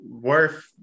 Worth